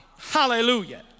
Hallelujah